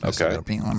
Okay